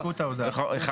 זה אחד.